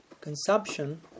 consumption